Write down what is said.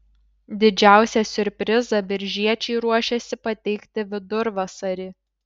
didžiausią siurprizą biržiečiai ruošiasi pateikti vidurvasarį